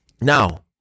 Now